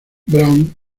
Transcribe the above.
brown